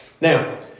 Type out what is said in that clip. Now